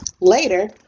Later